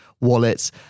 wallets